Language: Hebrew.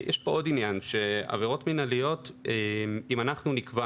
יש פה עוד עניין, שעבירות מנהליות, אם אנחנו נקבע